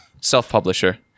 self-publisher